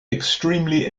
extremely